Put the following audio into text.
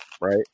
right –